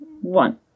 one